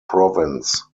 province